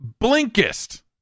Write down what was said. Blinkist